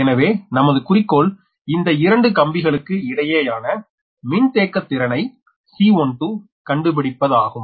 எனவே நமது குறிக்கோள் இந்த இரண்டு கம்பிகளுக்கு இடையேயான மின்தேக்குத் திறனை C12 கண்டுபிடிப்பதாகும்